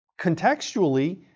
Contextually